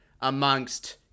amongst